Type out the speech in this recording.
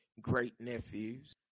great-nephews